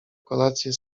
kolację